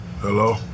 Hello